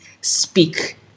speak